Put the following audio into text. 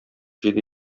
җиде